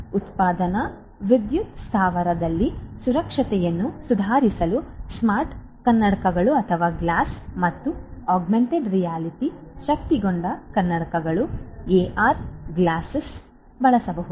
ಉತ್ಪಾದನಾ ವಿದ್ಯುತ್ ಸ್ಥಾವರದಲ್ಲಿ ಸುರಕ್ಷತೆಯನ್ನು ಸುಧಾರಿಸಲು ಸ್ಮಾರ್ಟ್ ಕನ್ನಡಕ ಮತ್ತು ಆಗ್ಮೆಂಟೆಡ್ ರಿಯಾಲಿಟಿ ಶಕ್ತಗೊಂಡ ಕನ್ನಡಕ ಎಆರ್ ಕನ್ನಡಕವನ್ನು ಬಳಸಬಹುದು